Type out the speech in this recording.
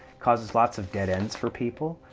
causes lots of dead ends for people.